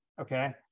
okay